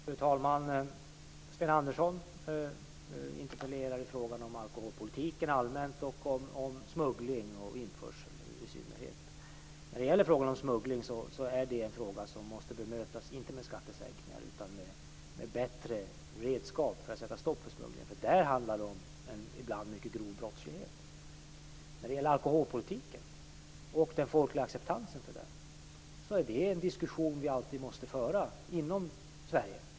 Fru talman! Sten Andersson interpellerar om alkoholpolitik i allmänhet och om smuggling och införsel av alkohol i synnerhet. Smugglingen är en fråga som inte skall bemötas med skattesänkningar, utan den skall bemötas med bättre redskap för att det skall vara möjligt att sätta stopp för smugglingen. Det handlar ju om en ibland mycket grov brottslighet. Om alkoholpolitiken och den folkliga acceptansen för denna måste vi alltid föra en diskussion inom Sverige.